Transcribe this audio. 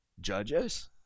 Judges